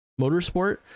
Motorsport